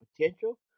potential